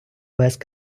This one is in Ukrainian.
весь